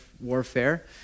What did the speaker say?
warfare